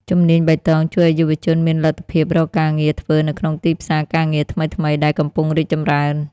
ជំនាញបៃតងជួយឱ្យយុវជនមានលទ្ធភាពរកការងារធ្វើនៅក្នុងទីផ្សារការងារថ្មីៗដែលកំពុងរីកចម្រើន។